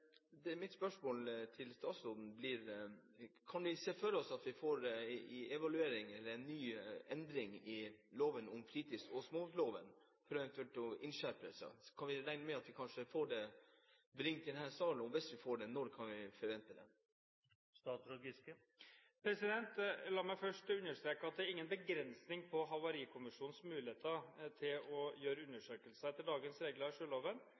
Det blir adgang til replikkordskifte. Vi har opplevd mange ulykker med fritidsbåter med tragisk utfall i sommer. Mitt spørsmål til statsråden blir: Kan vi se for oss at vi får en evaluering av eller en endring i lov om fritids- og småbåter med eventuelle innskjerpelser? Kan vi regne med at vi får den brakt inn i denne sal, og hvis vi får det, når kan vi forvente den? La meg først understreke at det er ingen begrensning på Havarikommisjonens muligheter til å gjøre undersøkelser. Etter dagens regler i sjøloven